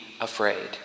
afraid